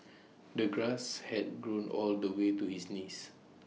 the grass had grown all the way to his knees